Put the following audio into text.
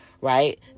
Right